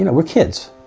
you know we're kids,